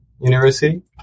University